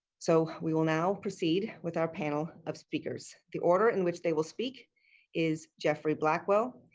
so we will now proceed with our panel of speakers, the order in which they will speak is geoffrey blackwell,